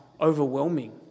overwhelming